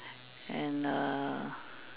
and err